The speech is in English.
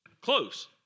Close